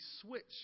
switch